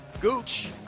Gooch